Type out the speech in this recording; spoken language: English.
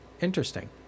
Interesting